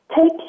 Take